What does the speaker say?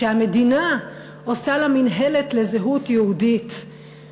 שהמדינה עושה לה מינהלת לזהות יהודית.